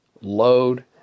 load